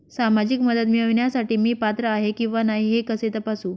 सामाजिक मदत मिळविण्यासाठी मी पात्र आहे किंवा नाही हे कसे तपासू?